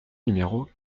numéro